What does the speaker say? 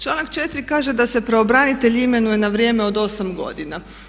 Članak 4. kaže da se pravobranitelj imenuje na vrijeme od 8 godina.